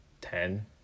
ten